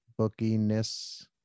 bookiness